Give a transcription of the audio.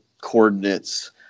coordinates